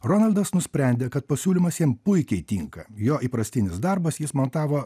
ronaldas nusprendė kad pasiūlymas jam puikiai tinka jo įprastinis darbas jis montavo